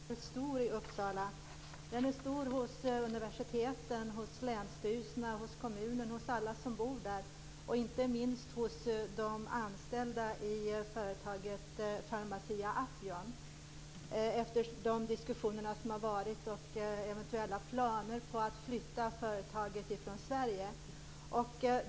Fru talman! Jag kommer från Uppsala, där oron är stor hos universiteten, hos länsstyrelserna, hos kommunen, hos alla invånare och inte minst hos de anställda i företaget Pharmacia & Upjohn efter de diskussioner som har varit om eventuella planer på att flytta företaget från Sverige.